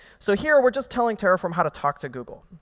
so here we're just telling terraform how to talk to google.